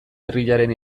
herriaren